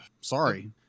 sorry